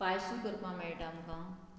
पायसू करपाक मेळटा आमकां